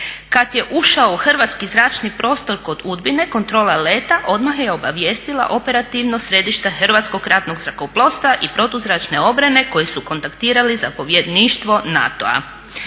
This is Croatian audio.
Kad je ušao u hrvatski zračni prostor kod Udbine kontrola leta odmah je obavijestila Operativno središte Hrvatskog ratnog zrakoplovstva i protuzračne obrane koji su kontaktirali Zapovjedništvo NATO-a.